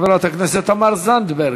חברת הכנסת תמר זנדברג,